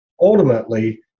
ultimately